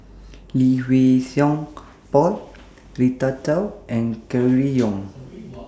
Lee Wei Song Paul Rita Chao and Gregory Yong